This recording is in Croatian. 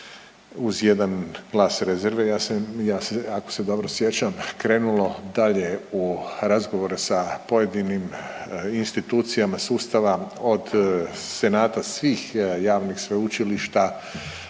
uz jedan glas rezerve ja se ako se dobro sjećam krenulo dalje u razgovore sa pojedinim institucijama sustava od senata svih javnih sveučilišta,